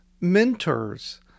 mentors